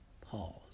Pause